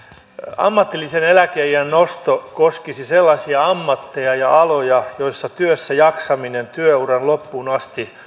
ammatillisen eläkeiän nosto koskisi sellaisia ammatteja ja aloja joilla työssäjaksaminen työuran loppuun asti